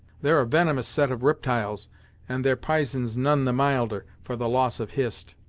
they're a venomous set of riptyles and their p'ison's none the milder, for the loss of hist.